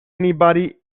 anybody